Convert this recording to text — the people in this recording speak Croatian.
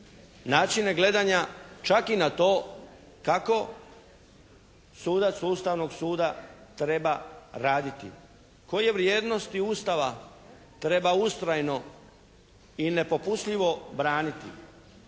Načine gledanja čak i na to kako sudac Ustavnog suda treba raditi? Koje vrijednosti Ustava treba ustrajno i nepopustljivo braniti?